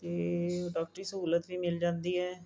ਅਤੇ ਡੋਕਟਰੀ ਸਹੂਲਤ ਵੀ ਮਿਲ ਜਾਂਦੀ ਹੈ